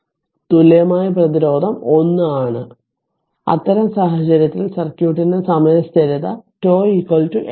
8 തുല്യമായ പ്രതിരോധം 1 ആണ് അത്തരം സാഹചര്യത്തിൽ സർക്യൂട്ടിന്റെ സമയ സ്ഥിരത τ L R